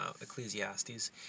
Ecclesiastes